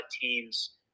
teams